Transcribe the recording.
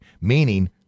meaning